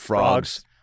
Frogs